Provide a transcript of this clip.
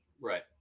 Right